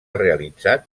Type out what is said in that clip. realitzat